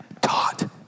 taught